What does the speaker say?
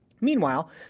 Meanwhile